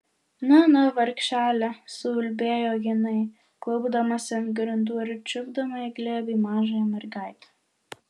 na na vargšele suulbėjo jinai klaupdamasi ant grindų ir čiupdama į glėbį mažąją mergaitę